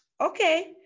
okay